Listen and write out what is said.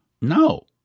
No